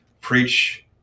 preach